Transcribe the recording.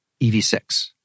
EV6